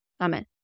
Amen